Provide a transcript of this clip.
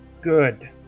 good